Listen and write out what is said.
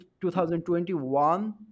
2021